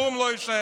כלום לא יישאר.